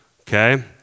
Okay